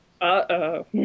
Uh-oh